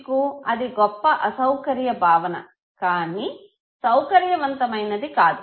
మీకు అది గొప్ప అసౌకర్య భావన కానీ సౌకర్యవంతమైనది కాదు